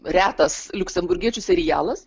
retas liuksemburgiečių serialas